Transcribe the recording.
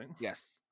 Yes